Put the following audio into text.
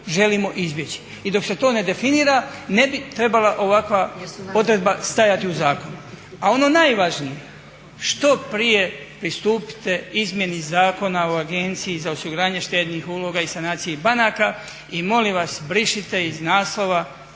i dok se to ne definira ne bi trebala ovakva odredba stajati u zakonu. A ono najvažnije, što prije pristupite izmjeni Zakona o Agenciji za osiguranje štednih uloga i sanaciju banaka i molim vas brišite iz naslova